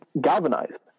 galvanized